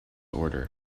order